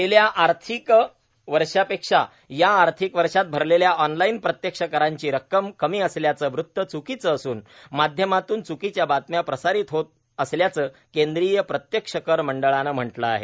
गेल्या आर्थिक वर्षापेक्षा या आर्थिक वर्षात भरलेल्या ऑनलाईन प्रत्यक्ष करांची रक्कम कमी असल्याचं वृत्त च्कीचं असून माध्यमातून च्कीच्या बातम्या प्रसारित होत असल्याचं केंद्रीय प्रत्यक्ष कर मंडळानं म्हटलं आहे